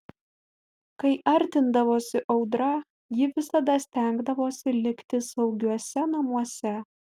kai artindavosi audra ji visada stengdavosi likti saugiuose namuose